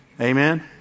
Amen